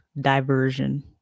diversion